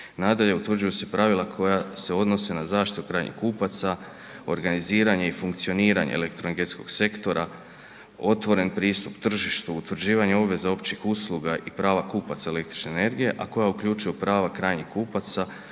Nadalje, utvrđuju se pravila koja se odnose na zaštitu krajnjih kupaca, organiziranje i funkcioniranje elektroenergetskog sektora, otvoren pristup tržištu, utvrđivanje obveza općih usluga i prava kupaca električne energije a koja uključuju prava krajnjih kupaca,